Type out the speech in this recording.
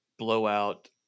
blowout